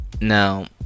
Now